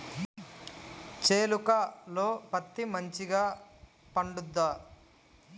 చేలుక లో పత్తి మంచిగా పండుద్దా?